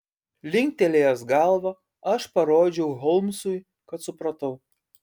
linktelėjęs galvą aš parodžiau holmsui kad supratau